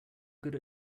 good